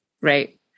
Right